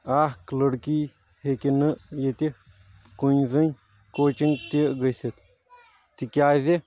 اکھ لڑکی ہیٚکہِ نہٕ ییٚتہِ کنُے زٕنۍ کوچنگ تہِ گٔژھِتھ تِکیازِ